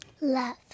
Love